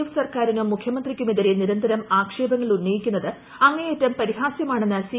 F സർക്കാരിനും മുഖ്യമന്ത്രിക്കുമെതിരെ നിരന്തരം ആക്ഷേപങ്ങൾ ഉന്നയിക്കുന്നത് അങ്ങേയറ്റം പരിഹാസ്യമാണ്ണെന്ന് സി